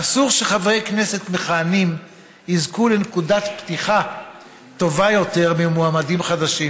אסור שחברי כנסת מכהנים יזכו לנקודת פתיחה טובה יותר ממועמדים חדשים.